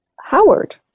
Howard